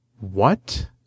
What